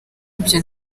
ibyo